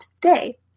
day